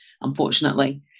Unfortunately